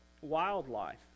wildlife